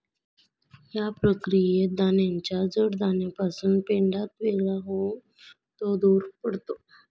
या प्रक्रियेत दाण्याच्या जड दाण्यापासून पेंढा वेगळा होऊन तो दूर पडतो